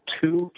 two